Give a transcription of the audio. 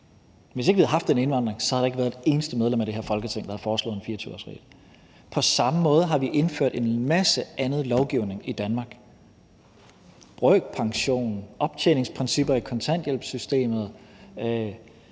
Hvis ikke vi havde haft den indvandring, havde der ikke været et eneste medlem af det her Folketing, der havde foreslået en 24-årsregel. På samme måde har vi indført en masse anden lovgivning i Danmark – brøkpension, optjeningsprincipper i kontanthjælpssystemet,